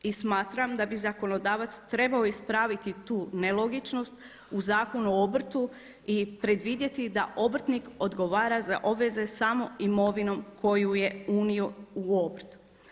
I smatram da bi zakonodavac trebao ispraviti tu nelogičnost u Zakonu o obrtu i predvidjeti da obrtnik odgovara za obveze samo imovinom koju je unio u obrt.